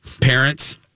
Parents